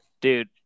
Dude